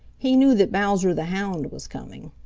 he knew that bowser the hound was coming.